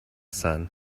sun